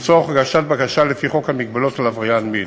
לצורך הגשת בקשה לפי חוק מגבלות על חזרתו של עבריין מין